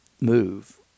move